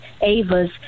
Ava's